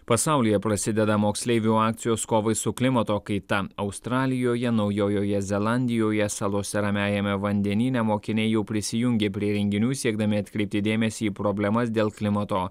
pasaulyje prasideda moksleivių akcijos kovai su klimato kaita australijoje naujojoje zelandijoje salose ramiajame vandenyne mokiniai jau prisijungė prie renginių siekdami atkreipti dėmesį į problemas dėl klimato